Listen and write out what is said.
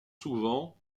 souvent